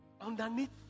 Underneath